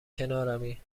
کنارمی